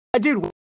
dude